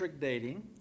dating